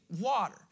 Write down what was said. water